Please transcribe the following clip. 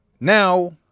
now